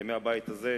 בימי הבית הזה,